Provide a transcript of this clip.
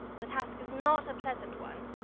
the task is not a pleasant one.